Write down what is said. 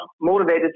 motivated